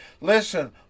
Listen